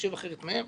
חושב אחרת מהם.